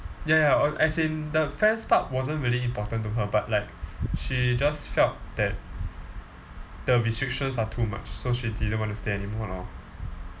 ya ya as in the friends part wasn't really important to her but like she just felt that the restrictions are too much so she didn't want to stay anymore lor